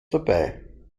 dabei